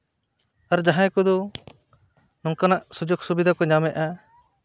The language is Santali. ᱟᱨ ᱡᱟᱦᱟᱸᱭ ᱠᱚᱫᱚ ᱱᱚᱝᱠᱟᱱᱟᱜ ᱥᱩᱡᱳᱜᱽ ᱥᱩᱵᱤᱫᱷᱟ ᱠᱚ ᱧᱟᱢ ᱮᱫᱼᱟ